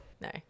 no